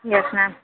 yes ma'am